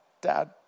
dad